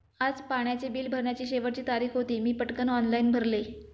आज पाण्याचे बिल भरण्याची शेवटची तारीख होती, मी पटकन ऑनलाइन भरले